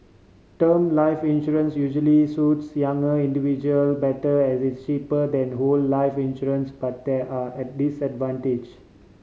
term life insurance usually suits younger individual better as it is cheaper than whole life insurance but there are disadvantage